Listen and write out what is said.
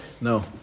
No